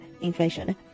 inflation